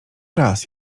raz